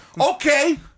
okay